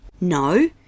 no